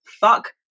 fuck